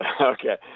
Okay